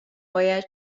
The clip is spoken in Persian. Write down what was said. باید